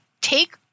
take